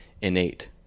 innate